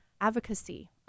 advocacy